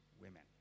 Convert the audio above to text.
women